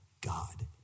God